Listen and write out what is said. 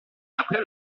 après